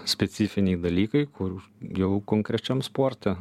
specifiniai dalykai kur jau konkrečiam sporte